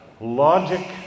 logic